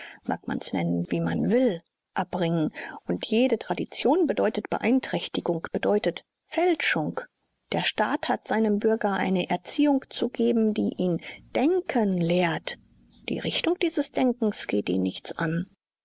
mag man's nennen wie man will abringen und jede tradition bedeutet beeinträchtigung bedeutet fälschung der staat hat seinem bürger eine erziehung zu geben die ihn denken lehrt die richtung dieses denkens geht ihn nichts an